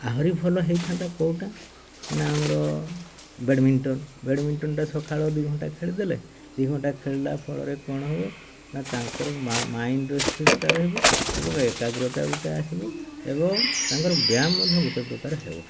ଆହୁରି ଭଲ ହେଇଥାନ୍ତା କେଉଁଟା ନା ଆମର ବ୍ୟାଡ଼୍ମିଣ୍ଟନ୍ ବ୍ୟାଡ଼୍ମିଣ୍ଟନ୍ଟା ସକାଳ ଦୁଇ ଘଣ୍ଟା ଖେଳିଦେଲେ ଦୁଇ ଘଣ୍ଟା ଖେଳିଲା ଫଳରେ କ'ଣ ହେବ ନା ତାଙ୍କର ମାଇଣ୍ଡର ସ୍ଥିରତା ରହିବ ଏବଂ ଏକାଗ୍ରତା ଗୋଟେ ଆସିବ ଏବଂ ତାଙ୍କର ବ୍ୟାୟାମ ମଧ୍ୟ ଗୋଟେ ପ୍ରକାର ହେବ